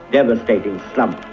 devastating slump.